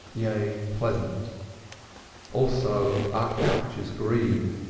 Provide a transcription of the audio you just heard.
yea pleasant also our couch is green.